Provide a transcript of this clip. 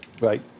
Right